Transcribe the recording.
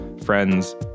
friends